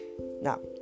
now